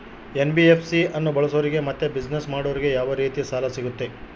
NBFC ಅನ್ನು ಬಳಸೋರಿಗೆ ಮತ್ತೆ ಬಿಸಿನೆಸ್ ಮಾಡೋರಿಗೆ ಯಾವ ರೇತಿ ಸಾಲ ಸಿಗುತ್ತೆ?